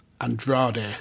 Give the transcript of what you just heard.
Andrade